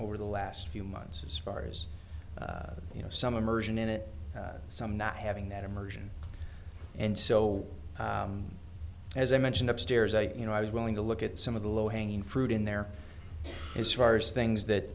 over the last few months as far as you know some immersion in it some not having that immersion and so as i mentioned upstairs i you know i was willing to look at some of the low hanging fruit in there is far worse things that